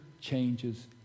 changes